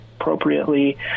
Appropriately